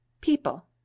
people